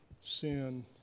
sin